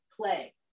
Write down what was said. play